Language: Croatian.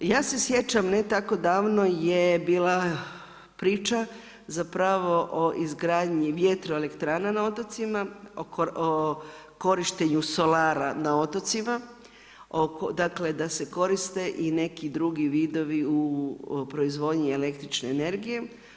Ja se sjećam ne tako davno je bila priča zapravo o izgradnji vjetroelektrana na otocima o korištenju solara na otocima, dakle da se koriste i neki drugi vidovi u proizvodnji električne energije.